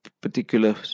particular